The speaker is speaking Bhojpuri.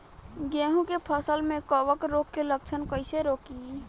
गेहूं के फसल में कवक रोग के लक्षण कईसे रोकी?